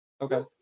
Okay